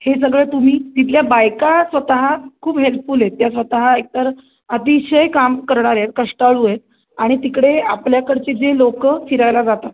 हे सगळं तुम्ही तिथल्या बायका स्वतः खूप हेल्पफुल आहेत त्या स्वतः एक तर अतिशय काम करणार आहेत कष्टाळू आहेत आणि तिकडे आपल्याकडचे जे लोक फिरायला जातात